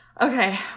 Okay